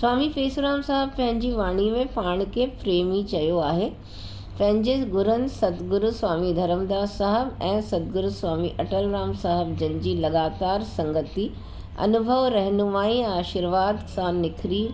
स्वामी पेसुराम साहिब पंहिंजी वाणीअ में पाण खे प्रेमी चयो आहे गुरन सदगुरु स्वामी धरमदास साहब ऐं सदगुरु स्वामी अटलराम साहिब जन जी लॻातार संगति अनुभव रहनुमाई आशिर्वाद सां निखरी